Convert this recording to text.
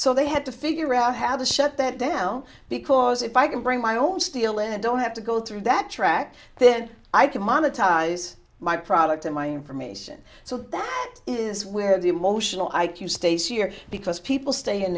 so they had to figure out how to shut that down because if i can bring my own steel and don't have to go through that track then i can monetize my product and my information so that is where the emotional i q states year because people stay in